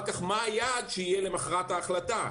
ד', מה היעד שיהיה למחרת ההחלטה,